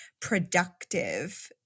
productive